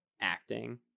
acting